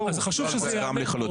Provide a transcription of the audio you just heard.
חשוב שזה ייאמר.